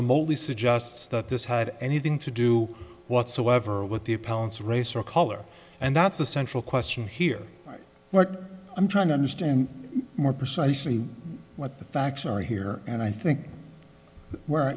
remotely suggests that this had anything to do whatsoever with the palace race or color and that's the central question here what i'm trying to understand more precisely what the facts are here and i think where